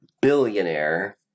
billionaire